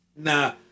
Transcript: Nah